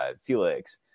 Felix